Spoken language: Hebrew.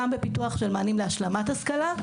גם בפיתוח של מענים להשלמת השכלה,